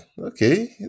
okay